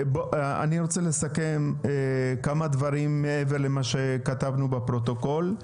אני רוצה לסכם כמה דברים מעבר למה שכתבנו בפרוטוקול.